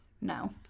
no